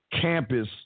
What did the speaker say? campus